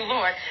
Lord